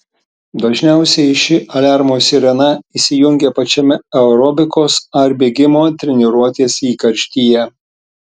dažniausiai ši aliarmo sirena įsijungia pačiame aerobikos ar bėgimo treniruotės įkarštyje